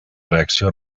reacció